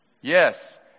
yes